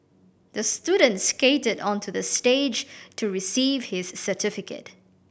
the student skated onto the stage to receive his certificate